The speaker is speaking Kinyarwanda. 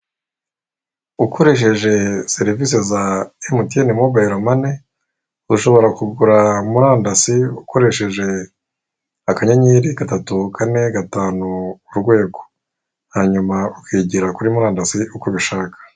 Ukoresheje serivisi za emutiyene mobayiro mani, ushobora kugura murandasi ukoresheje akanyenyeri gatatu kane gatanu urwego, hanyuma ukigira kuri murandasi uko ubishaka.